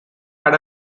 had